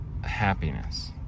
happiness